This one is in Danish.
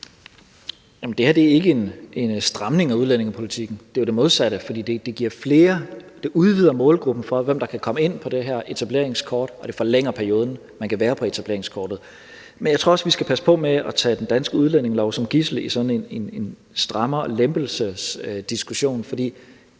Det her er ikke en stramning af udlændingepolitikken. Det er jo det modsatte, for det udvider muligheden for målgruppen for, hvem der kan komme ind på det her etableringskort, og det forlænger perioden, man kan være her på etableringskortet. Men jeg tror også, vi skal passe på med at tage den danske udlændingelov som gidsel i sådan en strammer-lempelse-diskussion. For